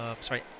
Sorry